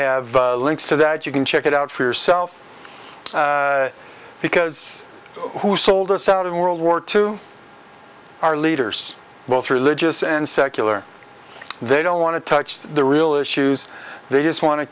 have links to that you can check it out for yourself because who sold us out of world war two our leaders both religious and secular they don't want to touch the real issues they just want to